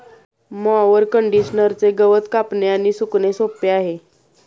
mower कंडिशनरचे गवत कापणे आणि सुकणे सोपे आहे